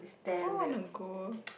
who want to go